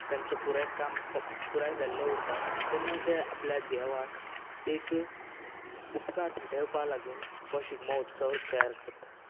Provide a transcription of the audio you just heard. तेंचो पुराय काम क पुराय जाल्ले उरता तेन्ना ते आपल्या देवाक एक उपकार भेटोवपा लागून हो शिगमो उत्सव तयार करता